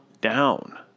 down